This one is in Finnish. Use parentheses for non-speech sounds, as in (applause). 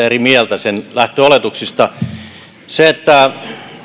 (unintelligible) eri mieltä sen lähtöoletuksista se että